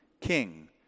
king